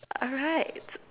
alright